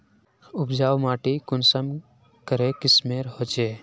उपजाऊ माटी कुंसम करे किस्मेर होचए?